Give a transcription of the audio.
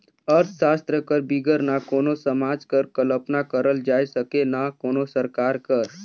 अर्थसास्त्र कर बिगर ना कोनो समाज कर कल्पना करल जाए सके ना कोनो सरकार कर